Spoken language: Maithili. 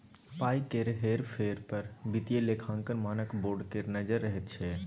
पाय केर हेर फेर पर वित्तीय लेखांकन मानक बोर्ड केर नजैर रहैत छै